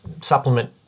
supplement